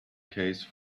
case